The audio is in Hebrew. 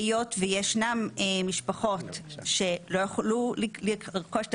היות וישנן משפחות שלא יכלו לרכוש את